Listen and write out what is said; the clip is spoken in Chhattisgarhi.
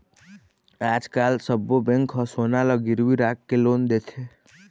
आजकाल सब्बो बेंक ह सोना ल गिरवी राखके लोन देथे